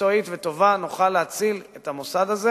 מקצועית וטובה נוכל להציל את המוסד הזה